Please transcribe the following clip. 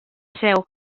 seu